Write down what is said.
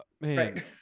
man